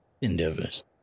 endeavors